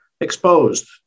exposed